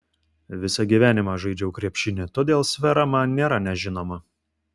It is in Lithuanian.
visą gyvenimą žaidžiau krepšinį todėl sfera man nėra nežinoma